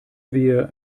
wir